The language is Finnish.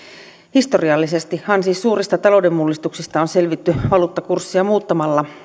historiallisestihan siis suurista talouden mullistuksista on selvitty valuuttakurssia muuttamalla